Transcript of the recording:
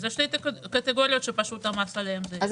אז יש קטגוריות שהמס עליהם --- אז